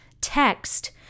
text